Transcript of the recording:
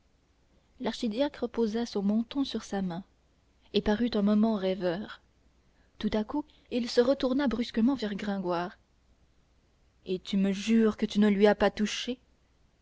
l'archidiacre posa son menton sur sa main et parut un moment rêveur tout à coup il se retourna brusquement vers gringoire et tu me jures que tu ne lui as pas touché